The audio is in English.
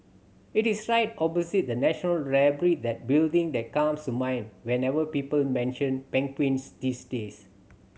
it is right opposite the National Library that building that comes to mind whenever people mention penguins these days